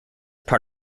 part